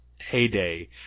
heyday